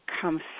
come